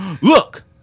Look